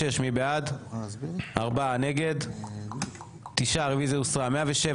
הצבעה בעד, 4 נגד, 9 נמנעים, אין לא אושר.